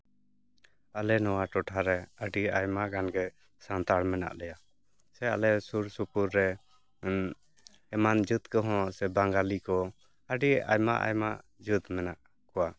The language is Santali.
ᱟᱞᱮ ᱱᱚᱣᱟ ᱴᱚᱴᱷᱟ ᱨᱮ ᱟᱹᱰᱤ ᱟᱭᱢᱟ ᱜᱟᱱ ᱜᱮ ᱥᱟᱱᱛᱟᱲ ᱢᱮᱱᱟᱜ ᱞᱮᱭᱟ ᱥᱮ ᱟᱞᱮ ᱥᱩᱨ ᱥᱩᱯᱩᱨ ᱨᱮ ᱮᱢᱟᱱ ᱡᱟᱹᱛ ᱠᱚᱦᱚᱸ ᱥᱮ ᱵᱟᱸᱜᱟᱞᱤ ᱠᱚ ᱟᱹᱰᱤ ᱟᱭᱢᱟ ᱟᱭᱢᱟ ᱡᱟᱹᱛ ᱢᱮᱱᱟᱜ ᱠᱚᱣᱟ